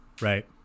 Right